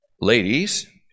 Ladies